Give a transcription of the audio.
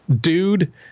dude